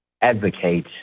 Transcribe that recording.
advocate